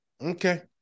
Okay